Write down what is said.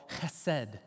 chesed